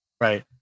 Right